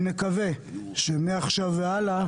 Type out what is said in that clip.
אני מקווה שמעכשיו והלאה,